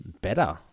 better